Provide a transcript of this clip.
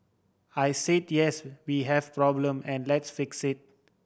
I said yes we have problem and let's fix it